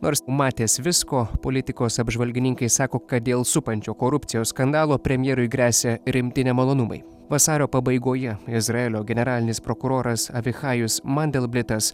nors matęs visko politikos apžvalgininkai sako kad dėl supančio korupcijos skandalo premjerui gresia rimti nemalonumai vasario pabaigoje izraelio generalinis prokuroras avichajus mandelblitas